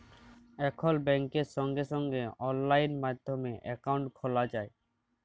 এখল ব্যাংকে সঙ্গে সঙ্গে অললাইন মাধ্যমে একাউন্ট খ্যলা যায়